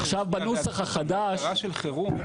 עכשיו בנוסח החדש --- הגדרה של חירום,